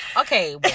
okay